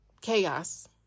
chaos